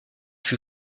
fut